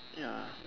ya